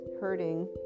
hurting